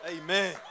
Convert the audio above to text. Amen